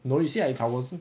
no you see I I wasn't